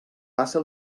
passa